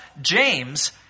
James